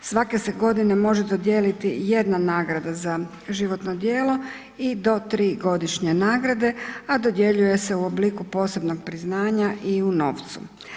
Svake se godine može dodijeliti jedna nagrada za životno djelo i do tri godišnje nagrade a dodjeljuje se u obliku posebnog priznanja i u novcu.